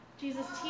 Jesus